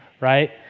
Right